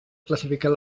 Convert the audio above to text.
classificar